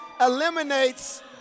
eliminates